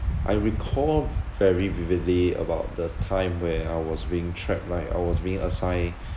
I recall v~ very vividly about the time where I was being trapped by I was being assigned